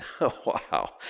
Wow